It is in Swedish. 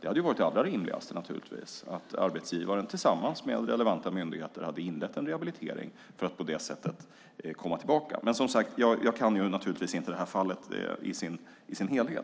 Det hade ju varit det allra rimligaste att arbetsgivaren tillsammans med relevanta myndigheter hade inlett en rehabilitering för att på det sättet hjälpa henna att komma tillbaka. Men jag kan naturligtvis inte det här fallet i dess detaljer.